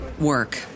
work